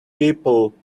people